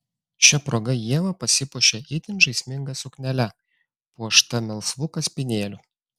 šia proga ieva pasipuošė itin žaisminga suknele puošta melsvu kaspinėliu